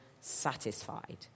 satisfied